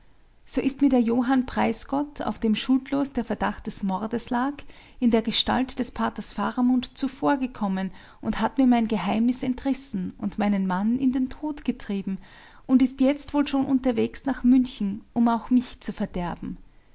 so ist mir der johann preisgott auf dem schuldlos der verdacht des mordes lag in der gestalt des paters faramund zuvorgekommen und hat mir mein geheimnis entrissen und meinen mann in den tod getrieben und ist jetzt wohl schon unterwegs nach münchen um auch mich zu verderben